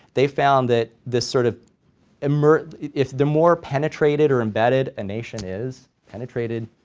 they found that this sort of um emer, if, the more penetrated or embedded a nation is penetrated,